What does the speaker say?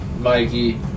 Mikey